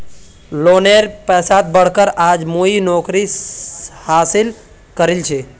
लोनेर पैसात पढ़ कर आज मुई नौकरी हासिल करील छि